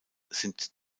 sind